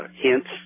hints